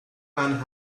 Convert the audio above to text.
and